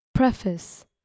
Preface